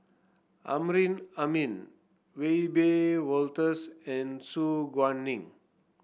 Amrin Amin Wiebe Wolters and Su Guaning